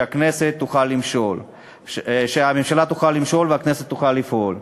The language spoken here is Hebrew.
שהממשלה תוכל למשול והכנסת תוכל לפעול,